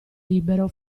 libero